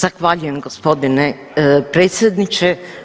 Zahvaljujem g. predsjedniče.